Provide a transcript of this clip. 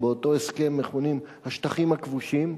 שבאותו הסכם מכונים "השטחים הכבושים",